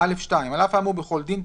(א2)על אף האמור בכל דין,